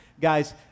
guys